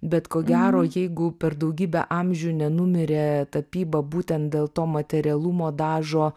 bet ko gero jeigu per daugybę amžių nenumirė tapyba būtent dėl to materialumo dažo